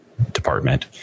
department